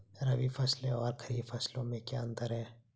रबी फसलों और खरीफ फसलों में क्या अंतर है?